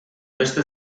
beste